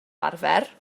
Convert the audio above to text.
arfer